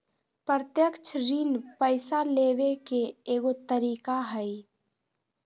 प्रत्यक्ष ऋण पैसा लेबे के एगो तरीका हइ